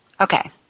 okay